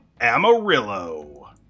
Amarillo